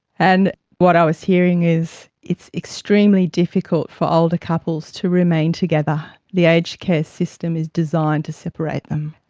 and what i was hearing is it's extremely difficult for older couples to remain together, the aged care system is designed to separate them.